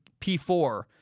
P4